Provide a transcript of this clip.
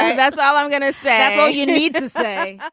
and that's all i'm gonna say. all you need to say